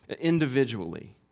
individually